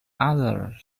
other